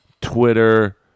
Twitter